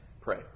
pray